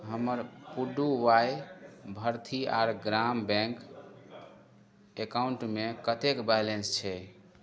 हमर पुडुवाइ भरथीआर ग्राम बैँक एकाउण्टमे कतेक बैलेन्स छै